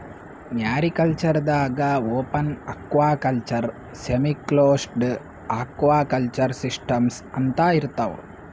mariculture ದಾಗಾ open aquaculture, semiclosed aquaculture systems ಅಂತಾ ಇರ್ತವ್